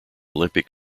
olympic